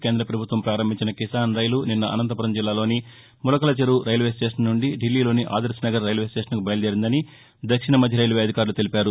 కేంద్ర ప్రభుత్వం ప్రారంభించిన కిసాన్ రైలు నిన్న అనంతపురం జిల్లాలోని ములకలచెరువు రైల్వే స్టేషన్ నుండి దిల్లీలోని ఆదర్శనగర్ రైల్వే స్టేషన్కు బయలుదేరిందని దక్షిణ మధ్య రైల్వే అధికారులు తెలిపారు